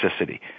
toxicity